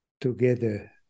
together